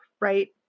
right